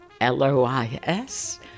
Lois